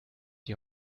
die